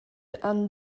han